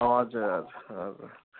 हजुर हजुर हजुर